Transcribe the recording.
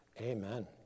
amen